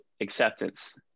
acceptance